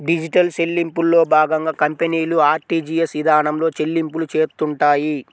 digital చెల్లింపుల్లో భాగంగా కంపెనీలు ఆర్టీజీయస్ ఇదానంలో చెల్లింపులు చేత్తుంటాయి